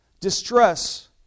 Distress